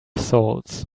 souls